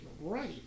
right